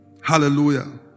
Hallelujah